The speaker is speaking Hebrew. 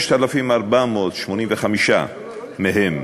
6,485 מהם